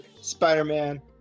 Spider-Man